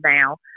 now